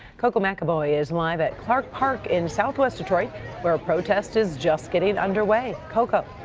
koco mcaboy is live at clark park in southwest detroit where a protest is just getting under way. koco?